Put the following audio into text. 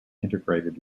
integrated